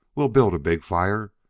we'll build a big fire,